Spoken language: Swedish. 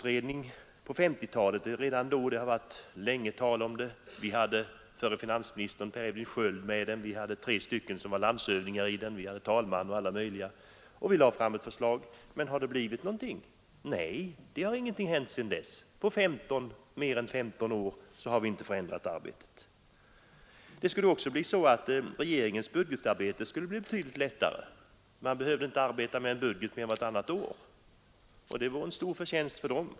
Redan på 1950-talet behandlades den av budgetutredningen, i vilken då deltog förre finansministern Per Edvin Sköld, tre landshövdingar och talmannen m.fl. Utredningen lade fram ett förslag, men har det hänt någonting? Nej, det har det inte. På mer än 15 år har vi inte ändrat arbetsförhållandena. Regeringens budgetarbete skulle också bli betydligt lättare. Man behövde inte arbeta med budgeten mer än vartannat år, och det vore en stor tidsbesparing.